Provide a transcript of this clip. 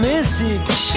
message